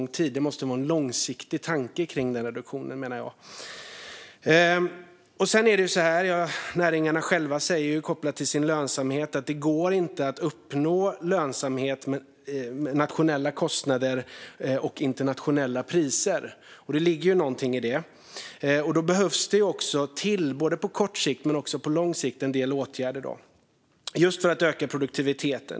Jag menar att det måste finnas en långsiktig tanke med den reduktionen. Näringarna själva säger, kopplat till deras lönsamhet, att det inte går att uppnå lönsamhet med nationella kostnader och internationella priser. Det ligger något i det. Det behövs på både kort och lång sikt en del åtgärder just för att öka produktiviteten.